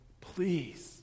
please